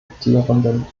amtierenden